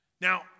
Now